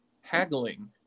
haggling